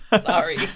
Sorry